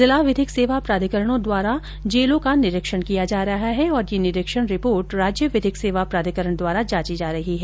जिला विधिक सेवा प्राधिकरणों द्वारा जेलों का निरीक्षण किया जा रहा है और ये निरीक्षण रिपोर्ट राज्य विधिक सेवा प्राधिकरण द्वारा जांची जा रही है